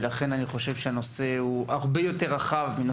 ולכן, הנושא הוא הרבה יותר רחב וחשוב.